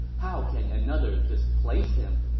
how can another displace him?